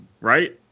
right